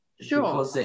Sure